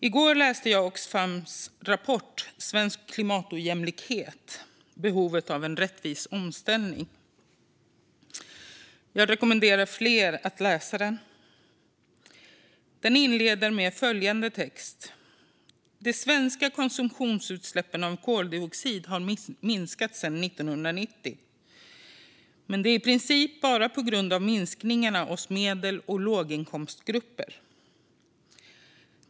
I går läste jag Oxfams rapport Svensk klimatojämlikhet - Behovet av en rättvis omställning . Jag rekommenderar fler att läsa den. Den inleds med följande text: "De svenska konsumtionsutsläppen av koldioxid har minskat sedan 1990 - men det är i princip bara på grund av minskningar hos medel och låginkomstgrupper.